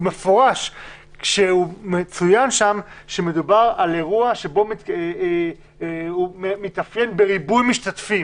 מפורש מצוין שם שמדובר על אירוע שמתאפיין בריבוי משתתפים.